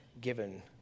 given